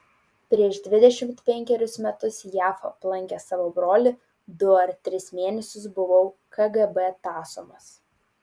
prieš dvidešimt penkerius metus jav aplankęs savo brolį du ar tris mėnesius buvau kgb tąsomas